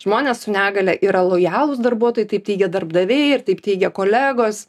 žmonės su negalia yra lojalūs darbuotojai taip teigia darbdaviai ir taip teigia kolegos